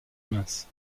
mince